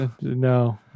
No